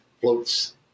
floats